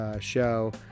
show